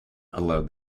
allowed